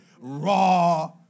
raw